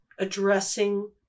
addressing